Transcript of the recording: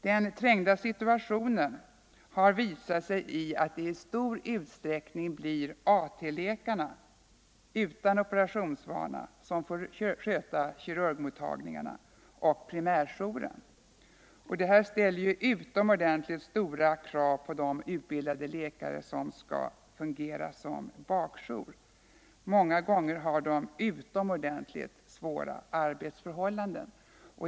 Den trängda situationen har medfört att det i stor utsträckning blir AT-läkarna utan operationsvana som får sköta kirurgmottagningarna och primärjouren. Detta ställer ytterst stora krav på de utbildade läkare som skall fungera såsom bakjour. Många gånger har de utomordentligt svåra arbetsförhållanden.